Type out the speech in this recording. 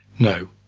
no.